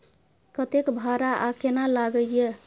कतेक भाड़ा आ केना लागय ये?